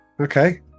okay